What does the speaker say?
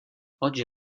oggi